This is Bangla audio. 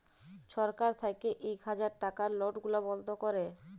ছরকার থ্যাইকে ইক হাজার টাকার লট গুলা বল্ধ ক্যরে